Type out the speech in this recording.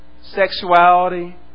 sexuality